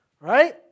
right